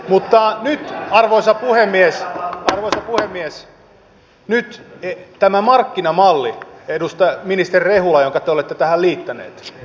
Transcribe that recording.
mutta nyt arvoisa puhemies tämä markkinamalli jonka te ministeri rehula olette tähän liittänyt